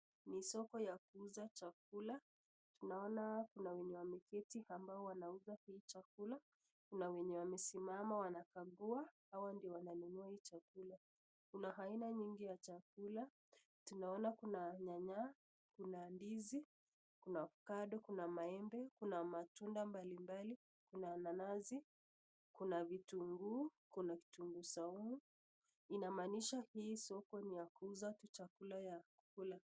Ni soko ya kuuza chakula, Naona kuna wenye wamaketi ambao wanaauza hii chakula kuna wenye wamesimama wanakagua hawa ndio wananunu hii chakula kuna aina nyingi ya chakula tunaona kuna nyanya kuna ndizi kuna (cs) Ovacado(cs) kuna mahembe kuna matuna mbalimbali kuna nanasi kuna vitunguu kuna vitunguu saumu inamanisha ii soko ni ya kuuza tu chakula ya kukula.